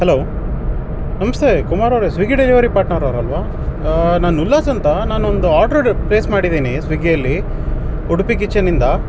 hello ನಮಸ್ತೆ ಕುಮಾರ್ ಅವರೇ Swiggy delivery partner ಅವರಲ್ವಾ ನಾನು ಉಲ್ಲಾಸ್ ಅಂತ ನಾನು ಒಂದು ಆರ್ಡ್ರು ಪ್ಲೇಸ್ ಮಾಡಿದ್ದೀನಿ ಸ್ವಿಗ್ಗಿಯಲ್ಲಿ ಉಡುಪಿ ಕಿಚನಿಂದ